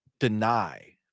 deny